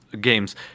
games